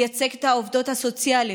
לייצג את העובדות הסוציאליות,